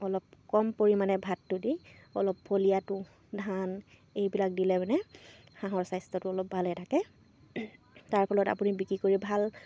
অলপ কম পৰিমাণে ভাতটো দি অলপ ফলীয়াটো তুঁহ ধান এইবিলাক দিলে মানে হাঁহৰ স্বাস্থ্যটো অলপ ভালে থাকে তাৰ ফলত আপুনি বিক্ৰী কৰি ভাল